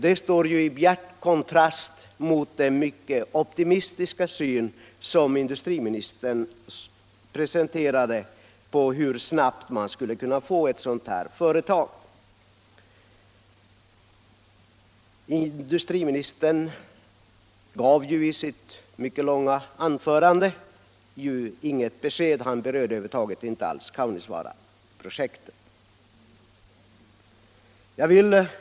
Det står ju i bjärt kontrast till den mycket optimistiska syn som industriministern presenterade på hur snabbt man skulle kunna få ett sådant här företag. I sitt mycket långa anförande här i dag gav industriministern inget besked. Han berörde över huvud taget inte Kaunisvaaraprojektet.